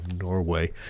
Norway